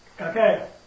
Okay